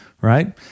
Right